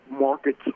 markets